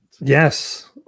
yes